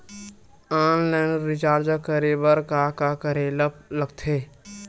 Online recharge करे बर का का करे ल लगथे?